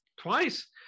twice